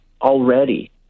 already